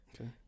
Okay